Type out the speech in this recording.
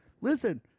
Listen